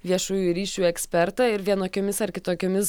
viešųjų ryšių ekspertą ir vienokiomis ar kitokiomis